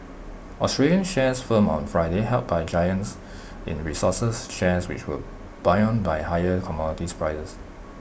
Australian shares firmed on Friday helped by giants in resources shares which were buoyed by higher commodities prices